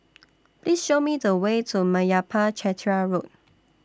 Please Show Me The Way to Meyappa Chettiar Road